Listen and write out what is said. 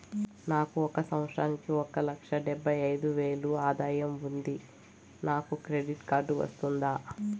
నాకు ఒక సంవత్సరానికి ఒక లక్ష డెబ్బై అయిదు వేలు ఆదాయం ఉంది నాకు క్రెడిట్ కార్డు వస్తుందా?